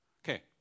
Okay